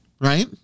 right